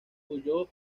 huyó